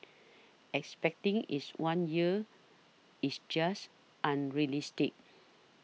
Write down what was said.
expecting is one year is just unrealistic